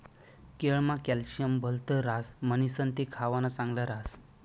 केळमा कॅल्शियम भलत ह्रास म्हणीसण ते खावानं चांगल ह्रास